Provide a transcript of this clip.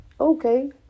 okay